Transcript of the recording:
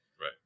Right